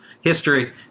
history